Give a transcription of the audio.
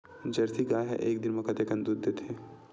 Jersey गाय ह एक दिन म कतेकन दूध देथे?